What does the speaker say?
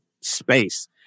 space